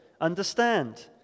understand